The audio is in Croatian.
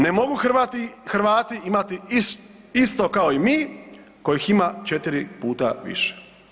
Ne mogu Hrvati imati isto kao i mi kojih ima 4 puta više.